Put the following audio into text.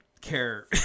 care